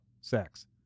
sex